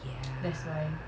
ya